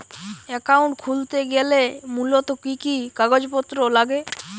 Account খুলতে গেলে মূলত কি কি কাগজপত্র লাগে?